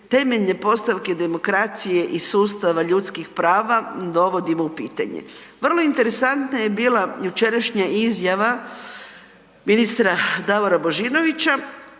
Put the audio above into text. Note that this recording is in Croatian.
temeljne postavke demokracije i sustava ljudskih prava dovodimo u pitanje. Vrlo interesantna je bila jučerašnja izjava ministra Davora Božinovića